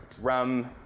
rum